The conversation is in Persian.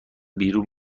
بیرون